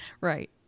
Right